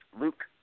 Luke